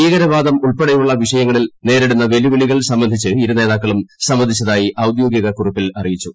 ഭീകരവാദം ഉൾപ്പെടെയുള്ള വിഷയങ്ങളിൽ നേരിടുന്ന വെല്ലുവിളിലകൾ സംബന്ധിച്ച് ഇരുനേതാക്കളും സംവദിച്ചതായി ഔദ്യോഗിക കുറിപ്പിൽ അറിയിച്ചു